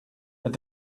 that